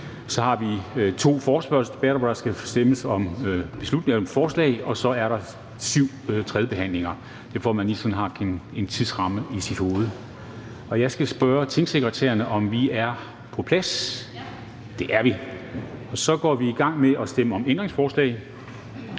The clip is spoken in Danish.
har vi to forespørgselsdebatter, hvor der skal stemmes om forslag til vedtagelse, og så er der syv tredjebehandlinger. Det er, for at man sådan lige har en tidsramme i sit hoved. Jeg skal spørge tingsekretærerne, om de er på plads. Det er de. Så går vi i gang med at stemme om ændringsforslag.